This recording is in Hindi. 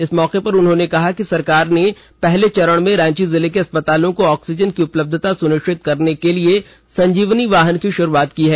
इस मौके पर उन्होंने कहा कि सरकार ने पहले चरण में रांची जिले के अस्पतालों को ऑक्सीजन की उपलब्धता सुनिश्चित करने के लिए संजीवनी वाहन की शुरुआत की है